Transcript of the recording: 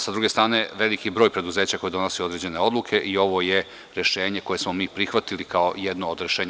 S druge strane, veliki je broj preduzeća koji donosi određene odluke i ovo je rešenje koje smo mi prihvatili kao jedno od rešenja.